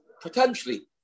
potentially